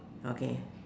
okay